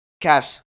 Caps